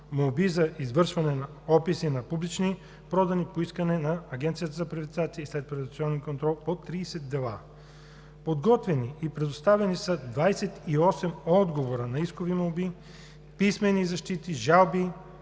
молби за извършване на описи за публична продан по искане на Агенцията за приватизация и следприватизационен контрол по 30 дела. Подготвени и предоставени са 28 отговора на искови молби, писмени защити, жалби